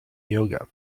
yoga